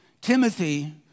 Timothy